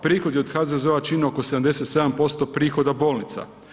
Prihodi od HZZO-a čine oko 77% prihoda bolnica.